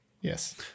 yes